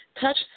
touch